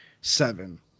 seven